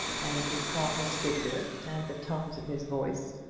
and recall his figure, and the tones of his voice,